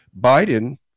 Biden